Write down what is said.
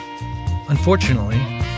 Unfortunately